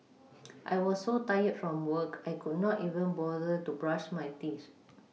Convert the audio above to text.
I was so tired from work I could not even bother to brush my teeth